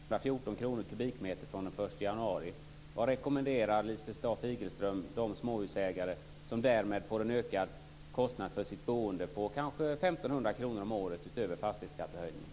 Fru talman! Genom socialdemokraternas skattepolitik höjdes nettoskatten för olja med 14 kr kubikmetern den 1 januari. Vad rekommenderar Lisbeth Staaf-Igelström de småhusägare som därmed får en ökad kostnad för sitt boende på kanske 1 500 kr om året utöver höjningen fastighetsskatten?